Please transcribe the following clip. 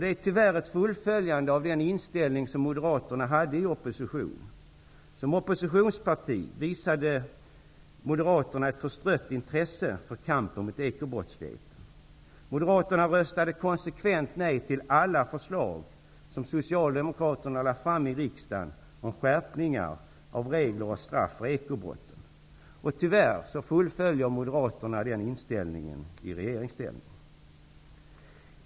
Det är tyvärr ett fullföljande av den inställning som moderaterna hade i opposition. Som oppositionsparti visade moderaterna ett förstrött intresse för kampen mot ekobrottsligheten. Moderaterna röstade konsekvent nej till alla förslag som socialdemokraterna lade fram i riksdagen om skärpning av regler och straff för ekobrott. Tyvärr vidhåller moderaterna den inställningen i regeringsställning.